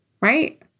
right